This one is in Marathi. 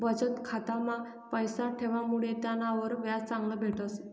बचत खाता मा पैसा ठेवामुडे त्यानावर व्याज चांगलं भेटस